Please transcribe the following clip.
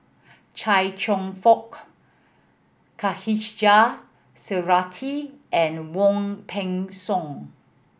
Chia Cheong Fook Khatijah Surattee and Wong Peng Soon